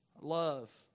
love